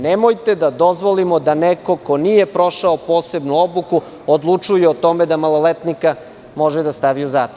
Nemojte da dozvolimo da neko ko nije prošao posebnu obuku, odlučuje o tome da maloletnika može da stavi u zatvor.